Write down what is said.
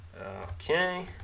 Okay